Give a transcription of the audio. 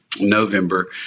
November